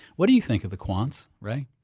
what do you think of the quants, ray?